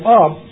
up